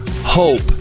hope